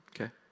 Okay